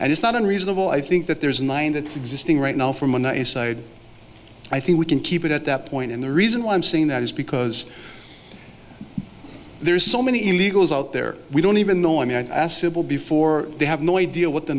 and it's not unreasonable i think that there's nothing that existing right now from the nice side i think we can keep it at that point and the reason why i'm saying that is because there's so many illegals out there we don't even know i mean before they have no idea what the